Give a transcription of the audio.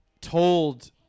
told